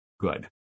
good